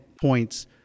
points